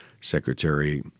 secretary